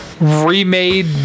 remade